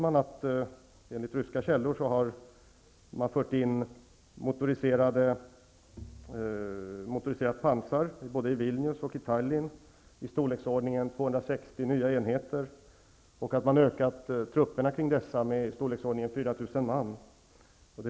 Bl.a. uppger ryska källor att man har fört in motoriserat pansar både i Vilnius och i Tallinn i storleksordningen 260 nya enheter och att man ökat trupperna kring dessa med ca 4 000 man.